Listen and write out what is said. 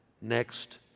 next